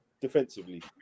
defensively